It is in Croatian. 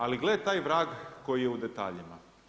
Ali gle taj vrag koji je u detaljima.